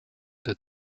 der